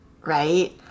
right